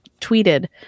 tweeted